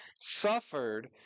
suffered